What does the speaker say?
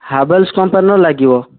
ହାଭେଲସ୍ କମ୍ପାନୀର ଲାଗିବ